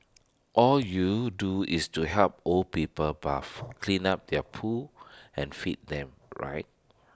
all you do is to help old people bathe clean up their poo and feed them right